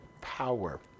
power